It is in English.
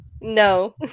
No